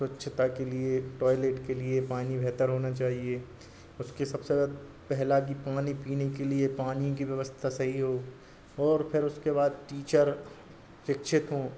स्वच्छता के लिए टॉइलेट के लिए पानी बेहतर होना चाहिए उसकी सबसे ज़्यादा पहला कि पानी पीने के लिए पानी की व्यवस्था सही हो और फिर उसके बाद टीचर शिक्षित हों